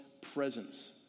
presence